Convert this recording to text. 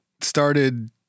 started